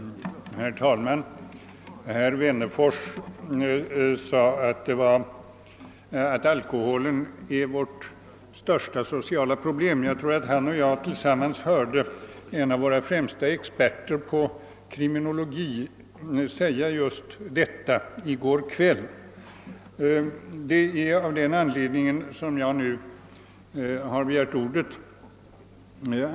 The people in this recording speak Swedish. Herr talman! Herr Wennerfors sade att alkoholen är vårt största sociala problem. Jag tror att han liksom jag hörde en av våra främsta experter på kriminologi säga just detta i går kväll. Det är av den anledningen jag har begärt ordet.